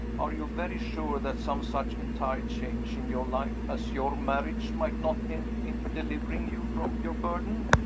are you very sure that some such entire change in your life as your marriage might not end in delivering you from your burden?